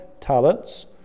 talents